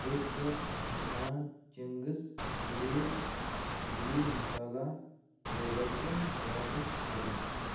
بہٕ چھُ یژھان Ching's paneer chilli masala product واپَس کرُن